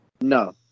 No